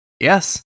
Yes